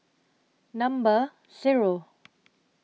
Number Zero